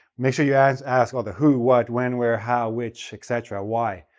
make sure you ask ask all the who, what, when, where, how, which, etc, why,